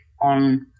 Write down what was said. on